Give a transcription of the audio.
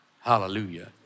Hallelujah